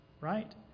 right